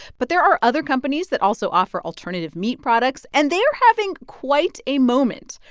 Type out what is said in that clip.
but there are other companies that also offer alternative meat products, and they are having quite a moment.